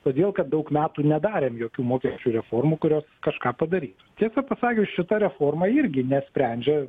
todėl kad daug metų nedarėm jokių mokesčių reformų kurios kažką padarys tiesą pasakius šita reforma irgi nesprendžia